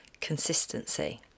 consistency